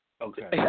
Okay